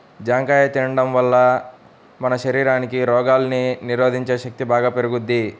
జాంకాయ తిండం వల్ల మన శరీరానికి రోగాల్ని నిరోధించే శక్తి బాగా పెరుగుద్ది